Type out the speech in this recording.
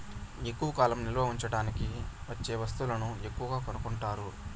ఎక్కువ కాలం నిల్వ ఉంచడానికి వచ్చే వస్తువులను ఎక్కువగా కొనుక్కుంటారు